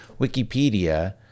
Wikipedia